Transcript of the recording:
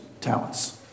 talents